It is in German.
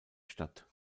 statt